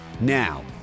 now